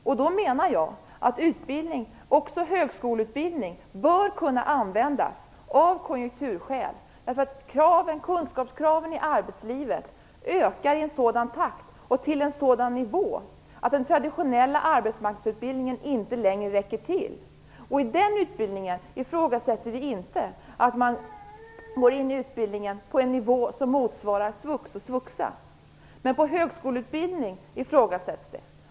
Jag menar att också högskoleutbildning bör kunna användas av konjunkturskäl - kunskapskraven i arbetslivet ökar i en sådan takt och till en sådan nivå att den traditionella arbetsmarknadsutbildningen inte längre räcker till. I den utbildningen ifrågasätter vi inte att man går in i utbildningen på en nivå som motsvarar svux och svuxa, men när det gäller högskoleutbildning ifrågasätts det.